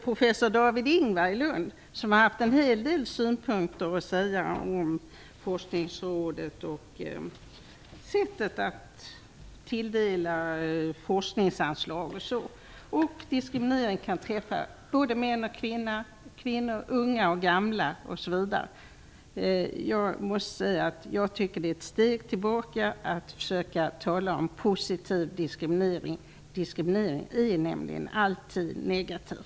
Professor David Ingvar i Lund har haft en hel del synpunkter på Forskningsrådet och sättet att tilldela forskningsanslag. Diskriminering kan träffa både män och kvinnor, unga och gamla osv. Jag tycker att det är ett steg tillbaka att försöka tala om positiv diskriminering. Diskriminering är nämligen alltid negativ.